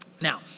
Now